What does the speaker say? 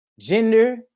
Gender